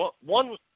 One